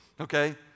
okay